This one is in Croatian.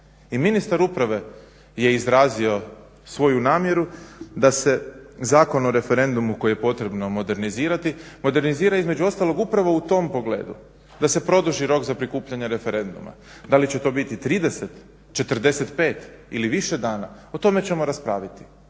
i ministar uprave je izrazio svoju namjeru da se Zakon o referendumu koji je potrebno modernizirati, modernizira između ostalog upravo u tom pogledu. Da se produži rok za prikupljanje referenduma. Da li će to bit 30, 45 ili više dana o tome ćemo raspraviti.